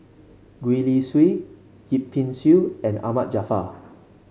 Gwee Li Sui Yip Pin Xiu and Ahmad Jaafar